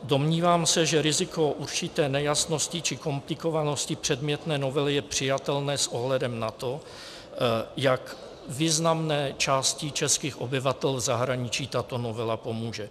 Domnívám se, že riziko určité nejasnosti či komplikovanosti předmětné novely je přijatelné s ohledem na to, jak významné části českých obyvatel v zahraničí tato novela pomůže.